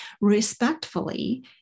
Respectfully